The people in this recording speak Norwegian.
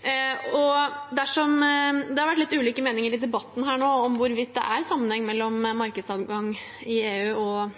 Det har vært litt ulike meninger i debatten her nå om hvorvidt det er en sammenheng mellom markedsadgang i EU og